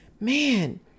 man